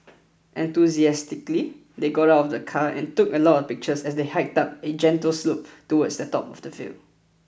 enthusiastically they got out of the car and took a lot of pictures as they hiked up a gentle slope towards the top of the hill